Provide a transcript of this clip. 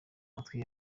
matwi